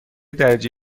درجه